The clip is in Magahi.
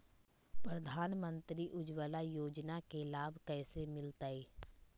प्रधानमंत्री उज्वला योजना के लाभ कैसे मैलतैय?